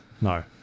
No